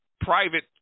private